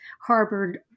harbored